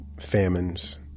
famines